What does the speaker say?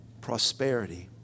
Prosperity